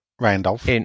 Randolph